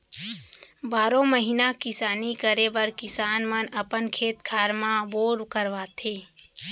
बारो महिना किसानी करे बर किसान मन अपन खेत खार म बोर करवाथे